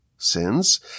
sins